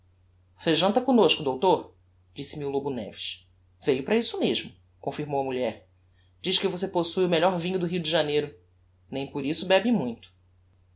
você janta comnosco doutor disse-me o lobo neves veiu para isso mesmo confirmou a mulher diz que você possue o melhor vinho do rio de janeiro nem por isso bebe muito